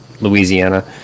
louisiana